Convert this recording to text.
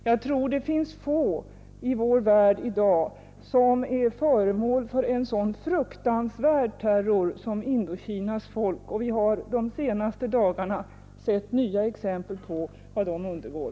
Jag tror det finns få grupper i vår värld i dag som är föremål för en sådan fruktansvärd terror som Indokinas folk. Vi har de senaste dagarna sett nya exempel på vad de undergår.